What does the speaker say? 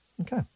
Okay